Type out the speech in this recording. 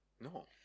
No